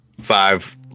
Five